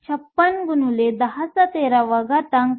56 x 1013 m 3 आहे